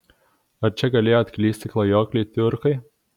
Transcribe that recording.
ar čia galėjo atklysti klajokliai tiurkai